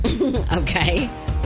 Okay